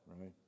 right